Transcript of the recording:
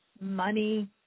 money